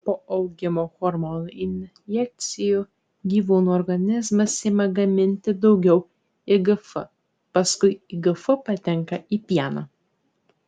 po augimo hormono injekcijų gyvūnų organizmas ima gaminti daugiau igf paskui igf patenka į pieną